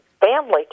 family